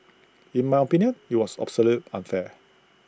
in my opinion IT was absolute unfair